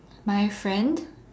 my friend